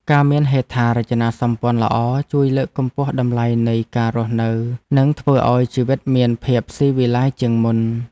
ការមានហេដ្ឋារចនាសម្ព័ន្ធល្អ ជួយលើកកម្ពស់តម្លៃនៃការរស់នៅ និងធ្វើឱ្យជីវិតមានភាពស៊ីវិល័យជាងមុន។